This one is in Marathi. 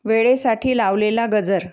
वेळेसाठी लावलेला गजर